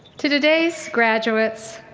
today's gradutates,